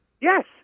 Yes